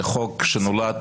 זה חוק שנולד